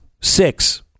Six